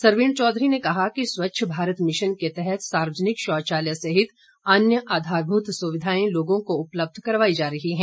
सरवीण चौधरी ने कहा कि स्वच्छ भारत मिशन के तहत सार्वजनिक शौचालय सहित अन्य आधारभूत सुविधाएं लोगों को उपलब्ध करवाई जा रही हैं